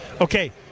okay